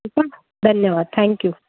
ठीकु आहे धन्यवाद थैंकयू